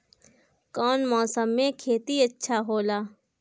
कौन मौसम मे खेती अच्छा होला?